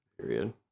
Period